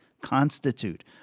constitute